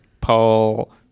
Paul